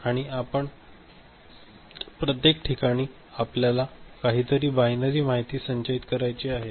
आणि या प्रत्येक ठिकाणी आपल्याला काहीतरी बायनरी माहिती संचयित करायची आहे